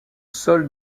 sol